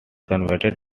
converted